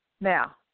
Now